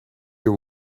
your